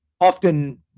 often